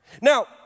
Now